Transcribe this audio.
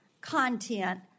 content